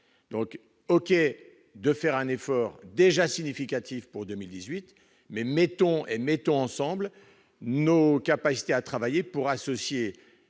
pour faire un effort déjà significatif pour 2018, mais mettons ensemble nos capacités à travailler pour associer